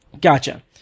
gotcha